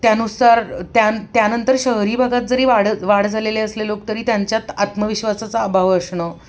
त्यानुसार त्यान त्यानंतर शहरी भागात जरी वाढ वाढ झालेले असले लोक तरी त्यांच्यात आत्मविश्वासाचा अभाव असणं